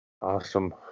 Awesome